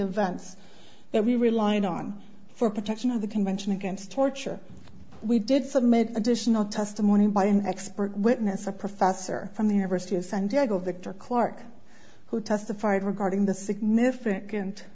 events that we realigned on for protection of the convention against torture we did submit additional testimony by an expert witness a professor from the university of san diego victor clarke who testified regarding the significant